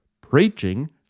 preaching